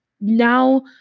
now